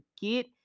get